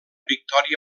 victòria